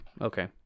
Okay